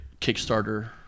Kickstarter